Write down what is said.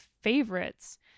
favorites